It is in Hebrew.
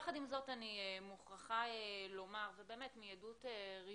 יחד עם זאת, אני מוכרחה לומר, ובאמת מעדות ראשונה,